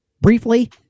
briefly